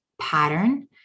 pattern